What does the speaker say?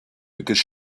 because